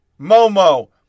Momo